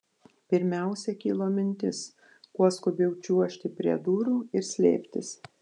pirmiausia kilo mintis kuo skubiau čiuožti prie durų ir slėptis